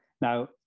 Now